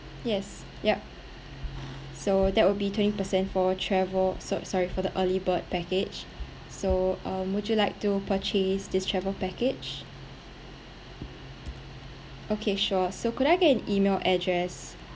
yes yup so that will be twenty percent for travel so~ sorry for the early bird package so um would you like to purchase this travel package okay sure so could I get an email address